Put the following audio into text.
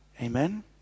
Amen